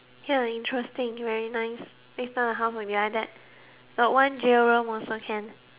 very nice next time my house will be like that got one jail room also can